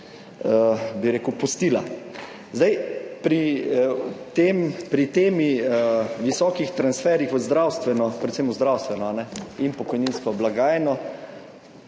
bi rekel, pustila. Zdaj, pri tem, pri temi visokih transferjih v zdravstveno, predvsem v zdravstveno in pokojninsko blagajno,